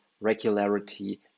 regularity